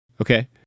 Okay